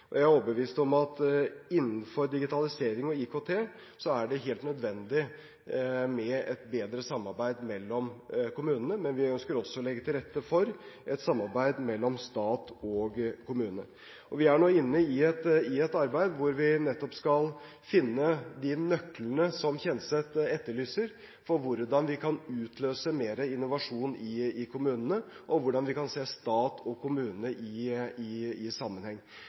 Jeg er overbevist om at innenfor digitalisering og IKT er det helt nødvendig med et bedre samarbeid mellom kommunene, men vi ønsker også å legge til rette for et samarbeid mellom stat og kommune. Vi er nå inne i et arbeid hvor vi nettopp skal finne de nøklene, som Kjenseth etterlyser, for hvordan vi kan utløse mer innovasjon i kommunene, og hvordan vi kan se stat og kommune i